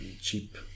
cheap